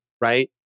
right